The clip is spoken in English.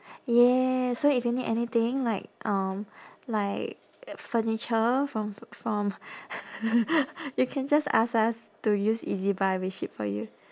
yes so if you need anything like um like furniture from from you can just ask us to use ezbuy we ship for you